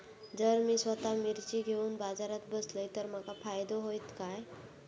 जर मी स्वतः मिर्ची घेवून बाजारात बसलय तर माका फायदो होयत काय?